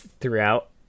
throughout